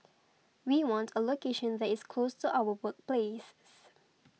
we want a location that is close to our workplaces